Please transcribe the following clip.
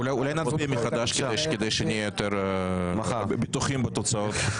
אולי נצביע מחדש כדי שנהיה יותר בטוחים בתוצאות.